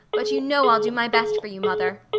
but you know i'll do my best for you, mother!